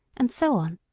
and so on.